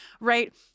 right